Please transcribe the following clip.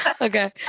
Okay